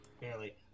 Barely